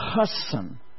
person